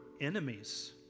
enemies